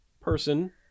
person